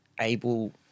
able